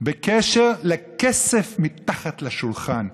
בקשר ל"כסף מתחת לשולחן".